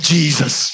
Jesus